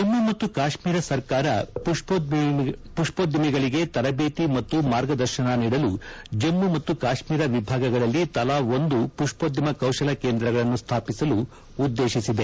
ಜಮ್ಮು ಮತ್ತು ಕಾಶ್ಮೀರ ಸರ್ಕಾರ ಪುಷ್ಪೋದ್ಯಮಿಗಳಿಗೆ ತರಬೇತಿ ಮತ್ತು ಮಾರ್ಗದರ್ಶನ ನೀಡಲು ಜಮ್ಮ ಮತ್ತು ಕಾಶ್ಮೀರ ವಿಭಾಗಗಳಲ್ಲಿ ತಲಾ ಒಂದು ಪುಷ್ಪೋದ್ಯಮ ಕೌಶಲ ಕೇಂದ್ರಗಳನ್ನು ಸ್ಲಾಪಿಸಲು ಉದ್ದೇಶಿಸಿದೆ